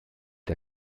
der